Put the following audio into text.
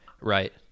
Right